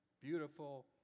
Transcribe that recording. beautiful